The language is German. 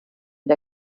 der